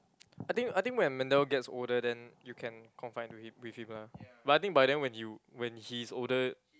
I think I think when Mendel gets older then you can confide with him with him ah but I think by then when you when he's older